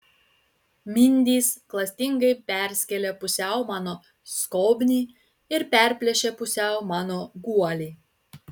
mindys klastingai perskėlė pusiau mano skobnį ir perplėšė pusiau mano guolį